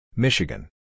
Michigan